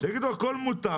שיגידו הכול מותר,